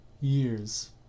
years